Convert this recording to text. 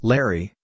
Larry